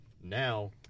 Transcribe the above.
now